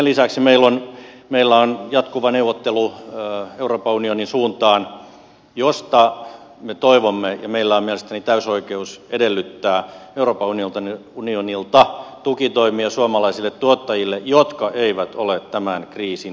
sen lisäksi meillä on jatkuva neuvottelu euroopan unionin suuntaan jolta me toivomme ja meillä on mielestäni täysi oikeus edellyttää tukitoimia suomalaisille tuottajille jotka eivät ole tämän kriisin aiheuttajia